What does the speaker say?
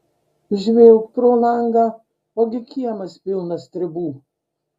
žvilgt pro langą ogi kiemas pilnas stribų